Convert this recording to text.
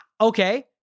Okay